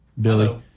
Billy